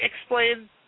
explain